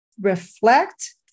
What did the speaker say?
reflect